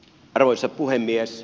arvoisa puhemies